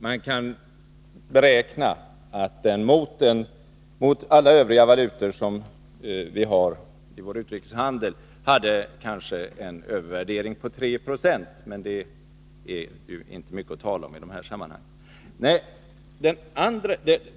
Man kan beräkna att den i jämförelse med alla övriga valutor som vi har i vår utrikeshandel var övervärderad med kanske 3 9. Men det är inte mycket att tala om i de här sammanhangen.